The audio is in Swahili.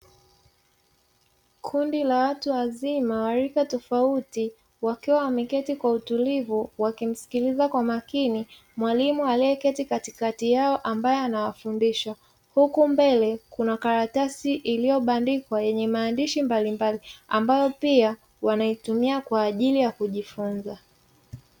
Kundi la watu wazima wa rika tofauti wakiwa wameketi kwa utulivu wakimsikiliza kwa makini mwalimu aliyeketi katikati yao ambaye anawafundisha, huku mbele kuna karatasi iliyobandikwa yenye maandishi mbalimbali ambayo pia wanaitumia kwaajili ya kujifunza.